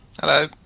Hello